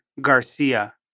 Garcia